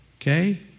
Okay